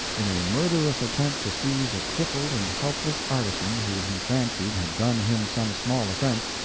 in a murderous attempt to seize a crippled and helpless artisan who he fancied had done him some small offense,